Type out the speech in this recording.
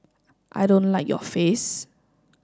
I don't like your face